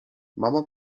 mama